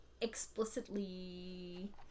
explicitly